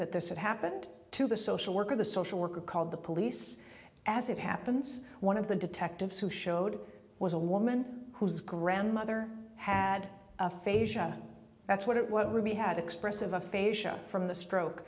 that this had happened to the social worker the social worker called the police as it happens one of the detectives who showed was a woman whose grandmother had a facia that's what it was ruby had expressive aphasia from the stroke